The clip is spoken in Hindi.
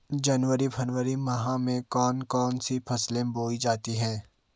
जनवरी फरवरी माह में कौन कौन सी फसलें बोई जाती हैं?